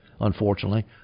unfortunately